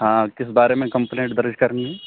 ہاں کس بارے میں کمپلینٹ درج کرنی ہے